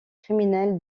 criminel